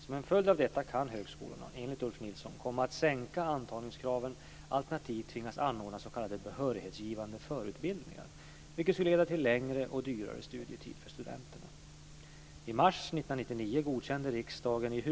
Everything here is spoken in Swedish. Som en följd av detta kan högskolorna - enligt Ulf Nilsson - komma att sänka antagningskraven alternativt tvingas anordna s.k. behörighetsgivande förutbildningar, vilket skulle leda till längre och dyrare studietid för studenterna.